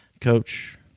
Coach